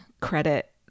credit